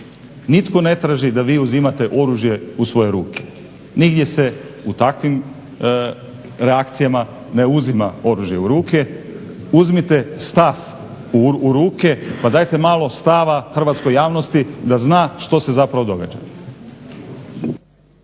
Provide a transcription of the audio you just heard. Nitko ne traži da vi uzimate oružje u svoje ruke, nigdje se u takvim reakcijama ne uzima oružje u ruke. Uzmite stav u ruke pa dajete malo stava hrvatskoj javnosti da zna što se zapravo događa.